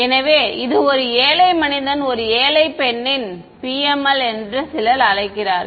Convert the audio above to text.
எனவே இது ஒரு ஏழை மனிதன் அல்லது ஏழை பெண்களின் PML என்று சிலர் அழைக்கிறார்கள்